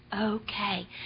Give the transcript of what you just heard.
okay